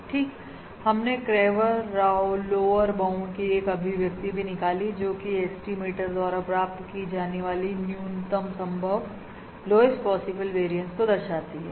ठीक हमने Cramer Rao lower bound की एक अभिव्यक्ति भी निकाली जोकि एस्टिमेटर द्वारा प्राप्त की जाने वाली न्यूनतम संभव वेरियंस को दर्शाती है